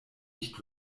nicht